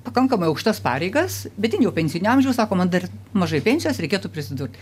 pakankamai aukštas pareigas bet jin jau pensinio amžiaus sako man dar mažai pensijos reikėtų prisidurt